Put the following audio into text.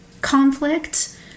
conflict